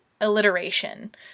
alliteration